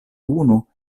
unu